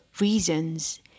reasons